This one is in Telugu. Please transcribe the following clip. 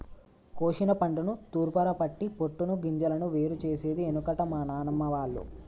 కోశిన పంటను తూర్పారపట్టి పొట్టును గింజలను వేరు చేసేది ఎనుకట మా నానమ్మ వాళ్లు